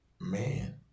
man